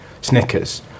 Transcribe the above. Snickers